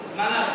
אז מה נעשה?